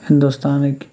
ہِندوستانٕکۍ